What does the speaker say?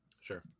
Sure